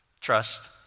trust